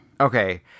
Okay